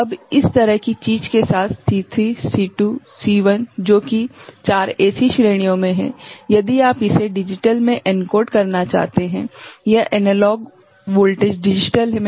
अब इस तरह की चीज के साथ C3 C2 C1 जो कि 4 ऐसी श्रेणियों में है यदि आप इसे डिजिटल में एनकोड करना चाहते हैं यह एनालॉग वोल्टेज डिजिटल में